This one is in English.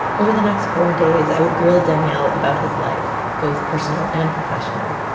over the next four days, i would grill daniel about his life, both personal and professional.